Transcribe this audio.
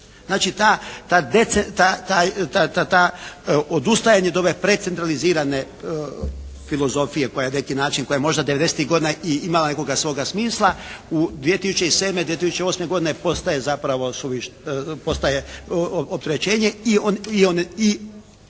Znači to odustajanje od ove precentralizirane filozofije koja je na neki način, koja je možda 90-tih godina i imala nekog svoga smisla, u 2007. i 2008. godine postaje zapravo suvišna,